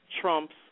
trumps